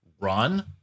run